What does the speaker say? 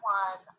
one